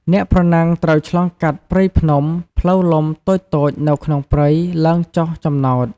អ្នកប្រណាំងត្រូវឆ្លងកាត់ព្រៃភ្នំ ផ្លូវលំតូចៗនៅក្នុងព្រៃ ឡើងចុះចំណោត។